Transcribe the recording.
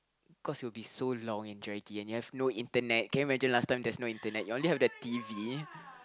cause it will be so long and draggy and you have no internet can you imagine last time there's no internet you only have the T_V